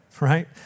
right